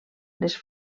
les